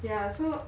ya so